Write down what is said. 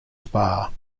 spa